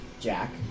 Jack